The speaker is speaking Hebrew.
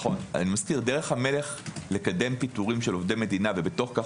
אני מזכיר דרך המלך לקדם פיטורים של עובדי מדינה ובתוך כך